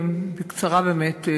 בקצרה באמת,